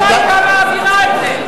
קדימה לא היתה מעבירה את זה.